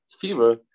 fever